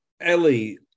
Ellie